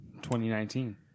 2019